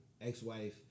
ex-wife